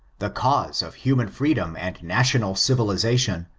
the cause of human freedom and national civilization,